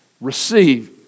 Receive